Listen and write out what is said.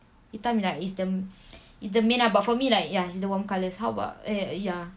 hitam like is the is the main ah but for me like ya it's the warm colours how about eh ya